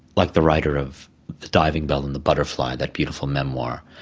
like the writer of the diving bell and the butterfly, that beautiful memoir,